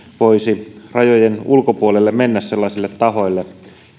voisi rajojen ulkopuolelle mennä sellaisille tahoille